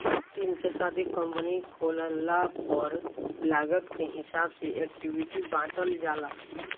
team के साथे company खोलला पर लागत के हिसाब से इक्विटी बॉटल जाला